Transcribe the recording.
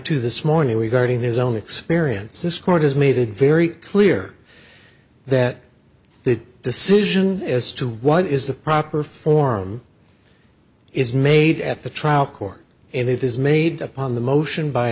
to this morning regarding his own experience this court has made it very clear that the decision as to what is the proper forum is made at the trial court and it is made upon the motion by